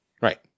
Right